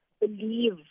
believe